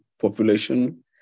population